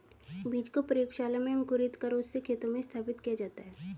बीज को प्रयोगशाला में अंकुरित कर उससे खेतों में स्थापित किया जाता है